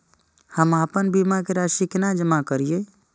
हम आपन बीमा के राशि केना जमा करिए?